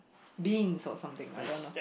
beans or something I don't know